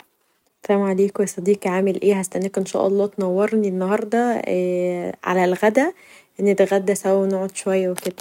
السلام عليكم يا صديقي عامل ايه هستناك ان شاء الله تنورني نهارده نتغدي سوا و نقعد شويه و كدا